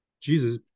Jesus